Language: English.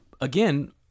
again